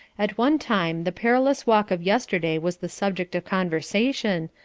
at one time the perilous walk of yesterday was the subject of conversation,